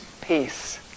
Peace